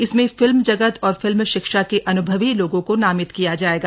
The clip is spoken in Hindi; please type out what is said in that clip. इसमें फिल्म जगत और फिल्म शिक्षा के अन्भवी लोगों को नामित किया जाएगा